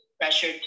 pressure